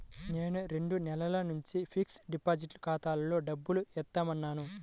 నేను రెండు నెలల నుంచి ఫిక్స్డ్ డిపాజిట్ ఖాతాలో డబ్బులు ఏత్తన్నాను